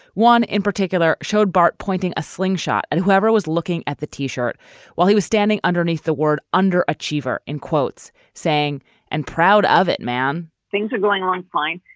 one in particular showed bart pointing a slingshot and whoever was looking at the t-shirt while he was standing underneath the word underachiever in quotes saying and proud of it man things are going on fine.